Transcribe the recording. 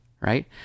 right